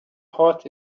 heart